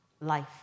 life